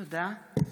תודה.